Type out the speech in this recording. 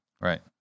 Right